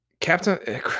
Captain